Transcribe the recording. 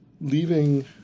leaving